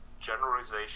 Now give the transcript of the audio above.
generalization